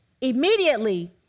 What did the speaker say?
Immediately